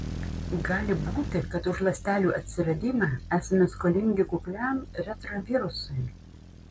gali būti kad už ląstelių atsiradimą esame skolingi kukliam retrovirusui